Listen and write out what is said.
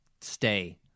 stay